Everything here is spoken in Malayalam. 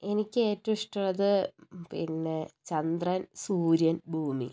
എനിക്ക് ഏറ്റവും ഇഷ്ടമുള്ളത് പിന്നെ ചന്ദ്രൻ സൂര്യൻ ഭൂമി